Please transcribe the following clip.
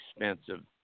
expensive